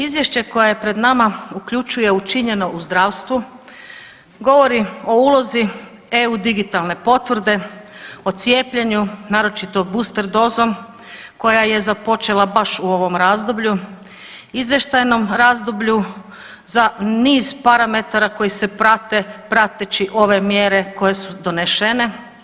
Izvješće koje je pred nama uključuje učinjeno u zdravstvu, govori o ulozi eu digitalne potvrde, o cijepljenju, naročito booster dozom koja je započela baš u ovom razdoblju, izvještajnom razdoblju za niz parametara koji se prate prateći ove mjere koje su donešene.